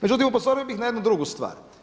Međutim, upozorio bih na jednu drugu stvar.